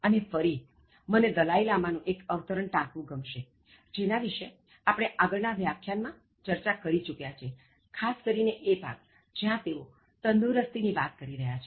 અને ફરી મને દલાઇ લામા નું એક અવતરણ ટાંકવું ગમશે જેના વિશે આપણે આગળના વ્યાખ્યાન માં ચર્ચા કરી ચૂક્યા છીએ ખાસ કરીને એ ભાગ જ્યાં તેઓ તંદુરસ્તી ની વાત કરી રહ્યા છે